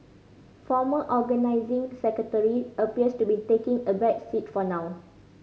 former Organising Secretary appears to be taking a back seat for now